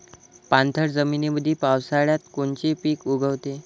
पाणथळ जमीनीमंदी पावसाळ्यात कोनचे पिक उगवते?